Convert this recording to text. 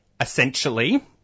essentially